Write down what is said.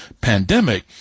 pandemic